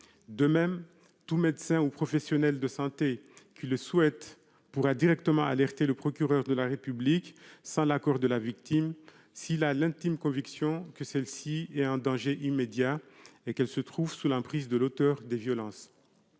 De même, tout médecin ou professionnel de santé qui le souhaite pourra directement alerter le procureur de la République, sans l'accord de la victime, s'il a l'intime conviction que celle-ci est en danger immédiat et qu'elle se trouve sous l'emprise de l'auteur des violences.